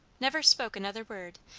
never spoke another word,